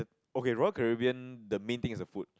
okay Royal-Caribbean the main thing is the food